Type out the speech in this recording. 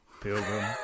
pilgrim